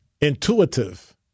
intuitive